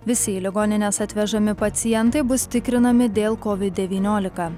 visi į ligonines atvežami pacientai bus tikrinami dėl kovid devyniolika